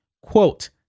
quote